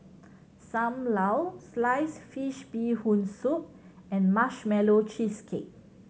Sam Lau sliced fish Bee Hoon Soup and Marshmallow Cheesecake